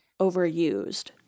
overused